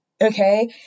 okay